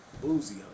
boozy